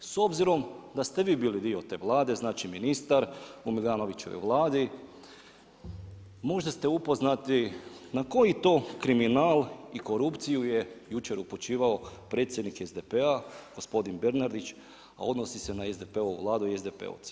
S obzirom da ste vi bili dio te Vlade, znači ministar u Milanovićevoj Vladi, možda ste upoznati na koji to kriminal i korupciju je jučer upućivao predsjednik SDP-a, gospodin Bernardić a odnosni se na SDP-u Vladu i SDP-ovce?